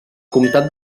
comtat